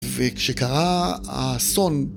וכשקרה האסון...